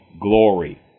glory